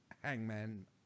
Hangman